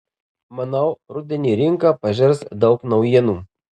manau rudenį rinka pažers daug naujienų